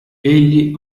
egli